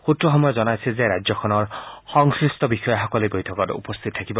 সূত্ৰসমূহে জনাইছে যে ৰাজ্যখনৰ সংশ্লিষ্ট বিষয়াসকলে এই বৈঠকত উপস্থিত থাকিব